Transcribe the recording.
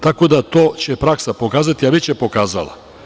Tako da će to praksa pokazati, a već je pokazala.